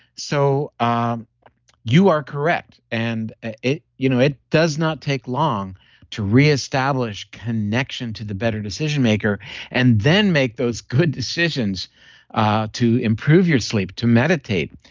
so, ah you are correct, and it you know it does not take long to reestablish connection to the better decision maker and then make those good decisions ah to improve your sleep, to meditate,